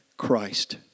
Christ